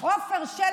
פעם אחת נמנעה.